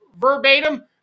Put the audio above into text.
verbatim